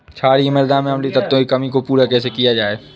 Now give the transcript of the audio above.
क्षारीए मृदा में अम्लीय तत्वों की कमी को पूरा कैसे किया जाए?